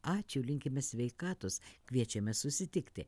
ačiū linkime sveikatos kviečiame susitikti